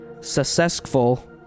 Successful